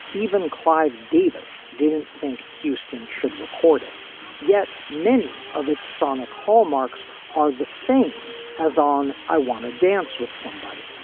even clive davis didn't think houston should record it yet. many of its sonic hallmarks are the same as on i want to dance with somebody,